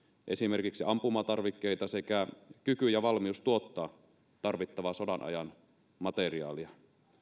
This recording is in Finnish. esimerkiksi ampumatarvikkeita sekä kyky ja valmius tuottaa tarvittavaa sodan ajan materiaalia